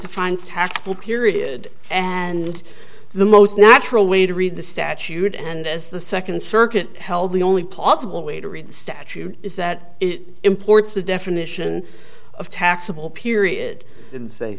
defines taxable period and the most natural way to read the statute and as the second circuit held the only possible way to read the statute is that it imports the definition of taxable period and say